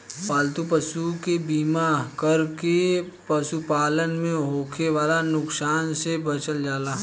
पालतू पशु के बीमा कर के पशुपालन में होखे वाला नुकसान से बचल जाला